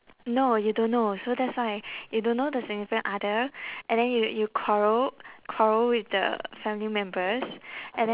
no you don't know so that's why you don't know the significant other and then you you quarrel quarrel with the family members and then